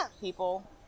people